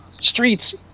Streets